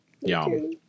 Yum